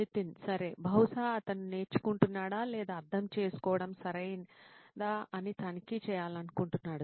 నితిన్ సరే బహుశా అతను నేర్చుకుంటున్నాడా లేదా అర్థం చేసుకోవడం సరైనదా అని తనిఖీ చేయాలనుకుంటున్నాడు